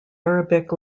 arabic